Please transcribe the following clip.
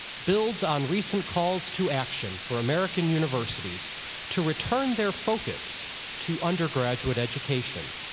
builds on recent calls to action for american universities to return their focus to undergraduate education.